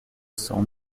cents